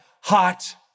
hot